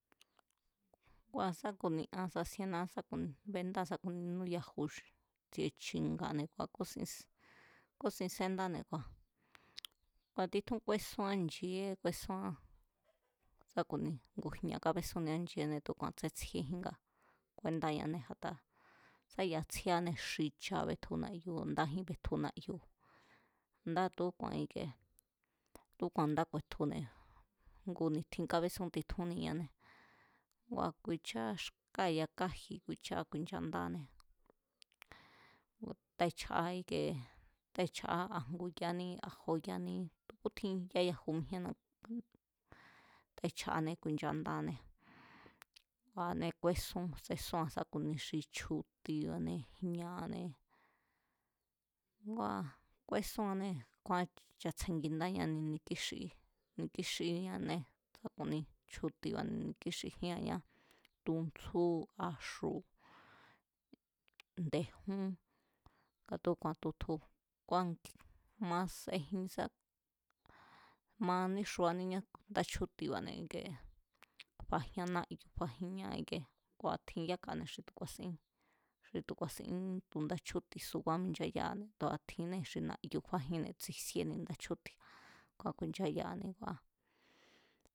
Ngua̱ sa ku̱ni an sasiená bendaa sa ku̱ni núyaju tsi̱e̱ chi̱nga̱ne̱ kua̱ kúsin, kúsin sendáne̱ kua̱ titjún kúésúán nche̱e kúesúán, sa ku̱ni ngujña̱ kábésúnnia nche̱é tu̱úku̱a̱ nga tsén tsjíejín nga kúendáñanée̱ a̱taa̱ sa ya̱a tsjíeanée̱ xicha betju na̱yu̱, ndájín betju na̱yu̱, ndáa̱ tu̱úku̱a̱ ikie, tu̱úku̱a̱n nda ku̱e̱tjune̱ ngu ni̱tjin kabesún titjúnníñanée̱ ngua̱ ku̱i̱cháa xkáa̱ yakaji̱ ku̱i̱cháá ku̱i̱nchandáñanee̱ tái̱cháa íkie, tai̱cháa a nguyání a jóyaní tu̱ kútjin ya yaju mijíenná, tai̱cháané ku̱i̱nchandáanée̱, kjuee̱anée̱ kúésún, sesún sá ku̱ni xi chju̱ti̱ba̱ne̱, jña̱ne̱, ngua̱ kúésúannée̱ kjúán chátsjengindáñánée̱, ni̱kíxiñanée̱, sá ku̱ni chju̱ti̱ba̱ ni̱kíxijínñá, tuntsjú, axu̱, nde̱jún, nga tu̱úku̱a̱n tutju kuan ma sejin, ma níxuaníñá chjúti̱ba̱ne̱ ikie fajian náyu̱ fajián, kua̱ tjin yákane̱ xi tu̱ ku̱a̱sín xi tu̱ kua̱sín tu̱ nda chjúti̱ subá minchayáa̱ne̱ tu̱a tjinnee̱ xi na̱yu̱ kjúájinne̱ tsisíéni nda chjúti̱, kúá ku̱i̱nchayaa̱ne̱, ngua̱